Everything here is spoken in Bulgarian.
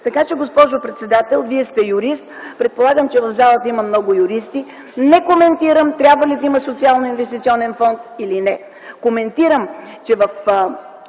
договор. Госпожо председател, Вие сте юрист, предполагам, че в залата има много юристи – не коментирам трябва ли да има Социалноинвестиционен фонд или не. Коментирам, че в